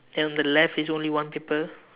then on the left is only one paper